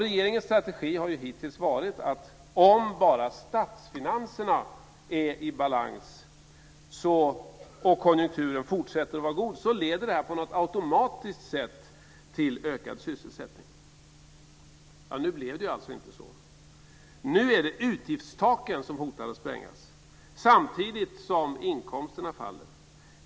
Regeringens strategi har hittills varit att om bara statsfinanserna är i balans och konjunkturen fortsätter att vara god leder det på något automatiskt sätt till ökad sysselsättning. Nu blev det alltså inte så. Nu är det utgiftstaken som hotar att sprängas samtidigt som inkomsterna faller.